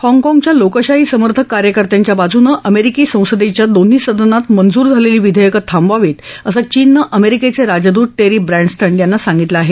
हाँगकाँगच्या लोकशाही समर्थक कार्यकर्त्यांच्या बाजूनं अमेरिकी संसदेच्या दोन्ही सदनात मंजूर झालेली विधेयकं थांबवावीत असं चीननं अमेरिकेचे राजदूत टेरी ब्रँडस्टड यांना सांगितलं आहे